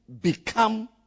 become